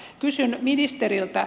kysyn ministeriltä